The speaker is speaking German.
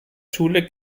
schule